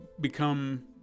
become